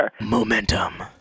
Momentum